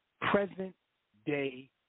present-day